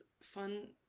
fun